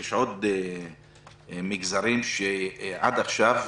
יש עוד מגזרים שעד עכשיו,